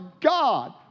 God